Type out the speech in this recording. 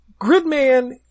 Gridman